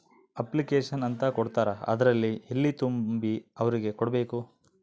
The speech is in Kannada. ಅಪ್ಲಿಕೇಷನ್ ಅಂತ ಕೊಡ್ತಾರ ಅದ್ರಲ್ಲಿ ಎಲ್ಲ ತುಂಬಿ ಅವ್ರಿಗೆ ಕೊಡ್ಬೇಕು